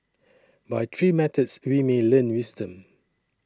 by three methods we may learn wisdom